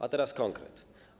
A teraz konkret.